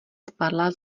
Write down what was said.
spadla